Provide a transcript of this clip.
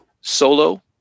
solo